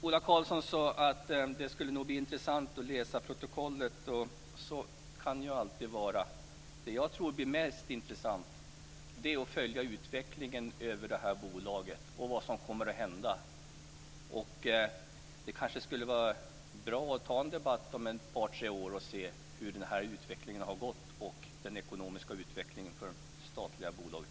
Ola Karlsson sade att det skulle bli intressant att läsa protokollet och så kan det vara. Men mest intressant att följa tror jag är utvecklingen i bolaget och vad som kommer att hända. Det vore kanske bra att om ett par tre år ta en debatt för att se hur den här utvecklingen har gått och för att se hur det blivit med den ekonomiska utvecklingen för det statliga bolaget